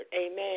Amen